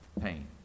pain